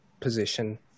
position